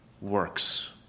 works